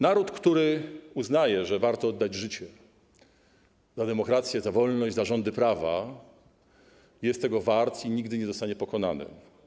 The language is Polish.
Naród, który uznaje, że warto oddać życie za demokrację, za wolność, za rządy prawa, jest tego wart i nigdy nie zostanie pokonany.